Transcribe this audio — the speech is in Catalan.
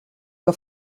que